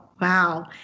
Wow